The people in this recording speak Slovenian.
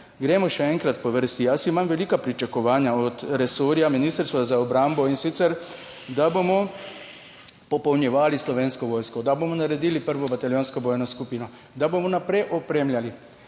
Gremo še enkrat po vrsti. Jaz imam velika pričakovanja od resorja Ministrstva za obrambo, in sicer da bomo popolnjevali Slovensko vojsko, da bomo naredili prvo bataljonsko bojno skupino, da bomo naprej opremljali